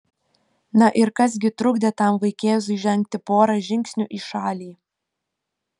na ir kas gi trukdė tam vaikėzui žengti porą žingsnių į šalį